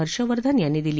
हर्षवर्धन यांनी दिली